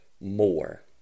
more